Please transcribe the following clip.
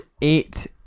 eight